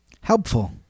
Helpful